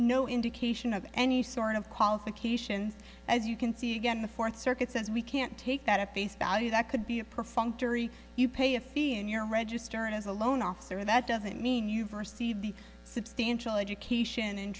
no indication of any sort of qualifications as you can see again the fourth circuit says we can't take that a face value that could be a perfunctory you pay a fee and you're registered as a loan officer that doesn't mean you've received a substantial education